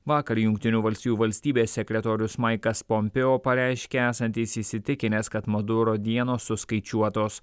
vakar jungtinių valstijų valstybės sekretorius maikas pompėo pareiškė esantis įsitikinęs kad maduro dienos suskaičiuotos